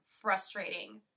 frustrating